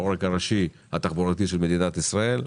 העורק הראשי התחבורתי של מדינת ישראל,